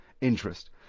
interest